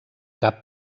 cap